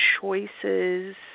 choices